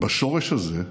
בשורש הזה,